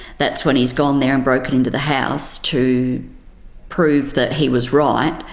that's when he's gone there and broken into the house to prove that he was right,